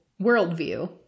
worldview